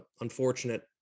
unfortunate